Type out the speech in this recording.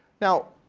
now,